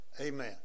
Amen